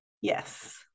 yes